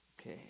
okay